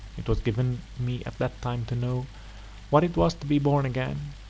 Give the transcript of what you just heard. it was given me at that time to know what it was to be born again,